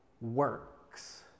works